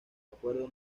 acuerdo